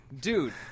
Dude